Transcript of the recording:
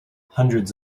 hundreds